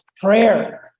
Prayer